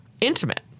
intimate